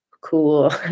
cool